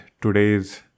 today's